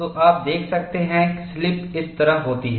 तो आप देख सकते हैं कि स्लिप इस तरह होती है